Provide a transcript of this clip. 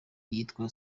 yitwa